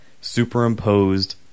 superimposed